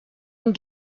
and